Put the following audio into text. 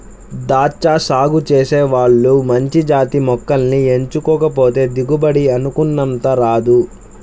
దాచ్చా సాగు చేసే వాళ్ళు మంచి జాతి మొక్కల్ని ఎంచుకోకపోతే దిగుబడి అనుకున్నంతగా రాదు